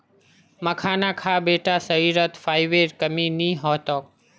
मखाना खा बेटा शरीरत फाइबरेर कमी नी ह तोक